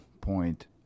point